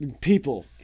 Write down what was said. People